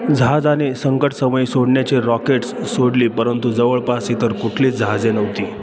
जहाजाने संकटसमय सोडण्याचे रॉकेट्स सोडली परंतु जवळपास इतर कुठलीच जहाजे नव्हती